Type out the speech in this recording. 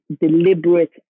deliberate